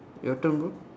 your turn bro